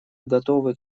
готовы